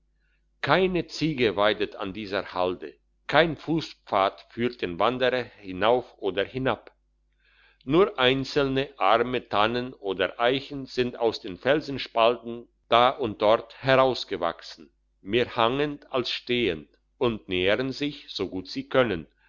keine ziege weidet an dieser halde kein fusspfad führt den wanderer hinauf oder hinab nur einzelne arme tannen oder eichen sind aus den felsenspalten da und dort herausgewachsen mehr hangend als stehend und nähren sich so gut sie können